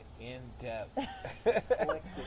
in-depth